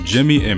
Jimmy